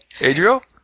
Adriel